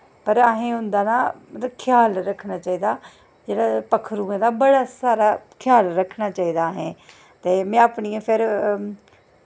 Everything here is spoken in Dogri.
पर असें उं'दा ना मतलब कि ख्याल रक्खना चाहिदा जेह्ड़ा पक्खरुएं दा बड़ा सारा ख्याल रक्खना चाहिदा असें ते में अपनी फिर